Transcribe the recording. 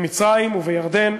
במצרים ובירדן,